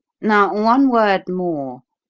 now one word more.